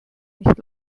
nicht